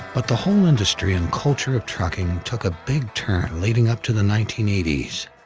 but the whole industry and culture of trucking took a big turn leading up to the nineteen eighty s.